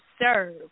serve